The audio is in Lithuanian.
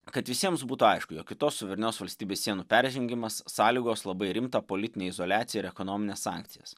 kad visiems būtų aišku jog kitos suverenios valstybės sienų peržengimas sąlygos labai rimtą politinę izoliaciją ir ekonomines sankcijas